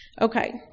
Okay